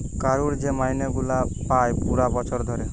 কারুর যে মাইনে গুলা পায় পুরা বছর ধরে